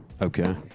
Okay